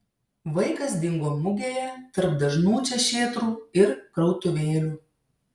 vaikas dingo mugėje tarp dažnų čia šėtrų ir krautuvėlių